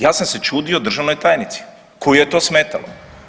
Ja sam se čudio državnoj tajnici koju je to smetalo.